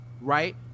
right